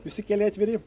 visi keliai atviri